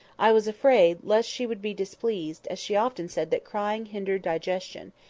i was afraid lest she would be displeased, as she often said that crying hindered digestion,